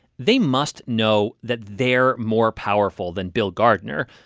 they must know that they're more powerful than bill gardner.